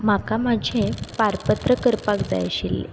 म्हाका म्हाजें पारपत्र करपा जाय आशिल्लें